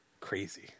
crazy